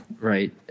Right